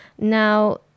Now